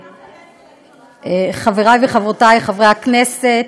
חברי וחברותי חברי הכנסת,